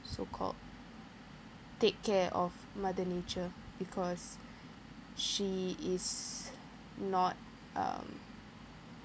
so called take care of mother nature because she is not um